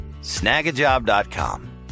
Snagajob.com